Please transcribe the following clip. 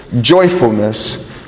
joyfulness